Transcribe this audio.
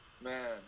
man